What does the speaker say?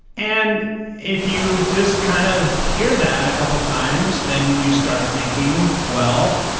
and if you just kind of hear that a couple times then you start thinking, well,